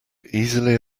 easily